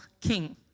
king